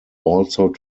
also